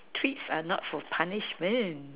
treats are not for punishment